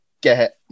get